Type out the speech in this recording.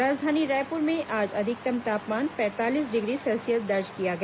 राजधानी रायपुर में आज अधिकतम तापमान पैंतालीस डिग्री सेल्सियस दर्ज किया गया